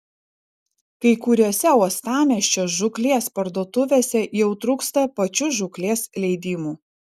kai kuriose uostamiesčio žūklės parduotuvėse jau trūksta pačių žūklės leidimų